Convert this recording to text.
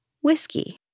whiskey